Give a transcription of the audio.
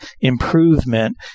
improvement